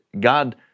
God